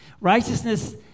Righteousness